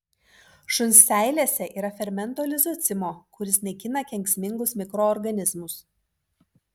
šuns seilėse yra fermento lizocimo kuris naikina kenksmingus mikroorganizmus